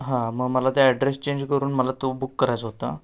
हां मग मला त्या ॲड्रेस चेंज करून मला तो बुक करायचा होता